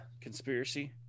Conspiracy